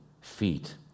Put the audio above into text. feet